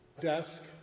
desk